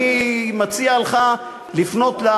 אני מציע לך לפנות,